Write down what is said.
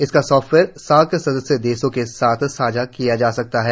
इसका software SAARC सदस्य देशों के साथ साझा किया जा सकता है